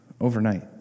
Overnight